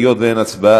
היות שאין הצבעה,